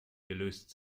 gelöst